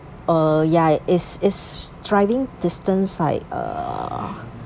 uh ya it is driving distance like uh